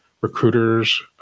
recruiters